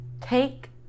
Take